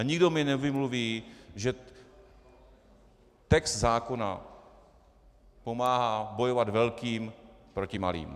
Nikdo mi nevymluví, že text zákona pomáhá bojovat velkým proti malým.